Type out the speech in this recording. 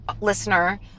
listener